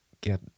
get